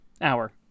hour